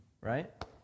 right